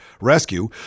rescue